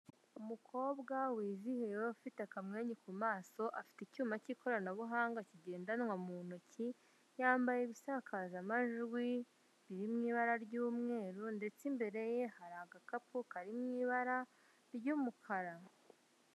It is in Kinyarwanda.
Umukobwa wizihiwe, ufite akamwenyu ku maso, afite icyuma k'ikoranabuhanga kigendwanwa mu ntoki, yambaye ibisakaza majwi biri mu ibara ry'umweru, ndetse imbere ye hari agakapu kari mu ibara ry'umukara.